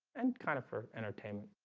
and kind of for entertainment.